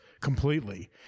completely